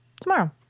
tomorrow